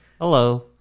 Hello